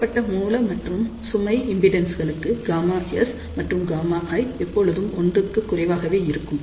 கொடுக்கப்பட்ட மூல மற்றும் சுமை இம்பிடென்ஸ்களுக்கு Γs மற்றும் Γl எப்போதும் 1 க்கு குறைவாகவே இருக்கும்